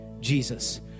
Jesus